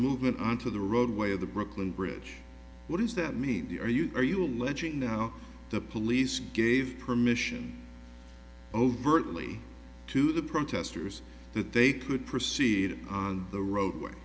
movement onto the roadway of the brooklyn bridge what does that mean are you are you alleging that the police gave permission overtly to the protesters that they could proceed on the roadway